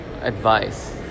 advice